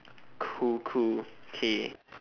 cool cool K